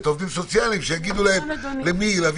את העובדים הסוציאליים שיביאו להם את הרשימות,